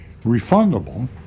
refundable